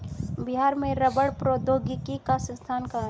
बिहार में रबड़ प्रौद्योगिकी का संस्थान कहाँ है?